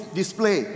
display